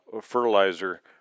fertilizer